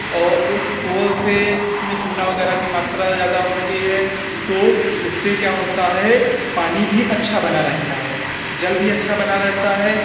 और उस खोल से उसमें चूना वगैरह की मात्रा ज़्यादा होती है तो उससे क्या होता है पानी भी अच्छा बना रहता है जल भी अच्छा बना रहा है